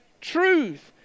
truth